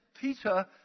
Peter